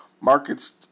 Markets